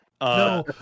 No